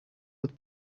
with